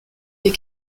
des